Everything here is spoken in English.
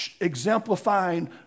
exemplifying